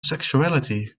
sexuality